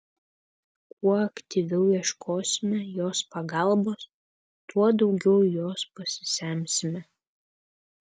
kuo aktyviau ieškosime jos pagalbos tuo daugiau jos pasisemsime